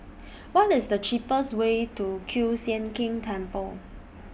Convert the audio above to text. What IS The cheapest Way to Kiew Sian King Temple